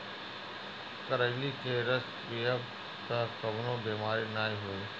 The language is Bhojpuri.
करइली के रस पीयब तअ कवनो बेमारी नाइ होई